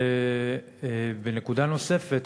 ובנקודה נוספת,